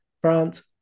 France